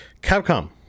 Capcom